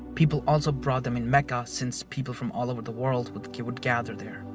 people also bought them in mecca since people from all over the world would would gather there.